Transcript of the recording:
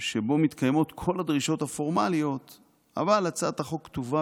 שבו מתקיימות כל הדרישות הפורמליות אבל הצעת החוק כתובה